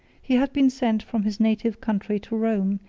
he had been sent from his native country to rome,